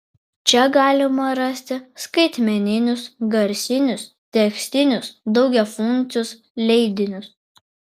čia galima rasti skaitmeninius garsinius tekstinius daugiafunkcius leidinius